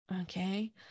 okay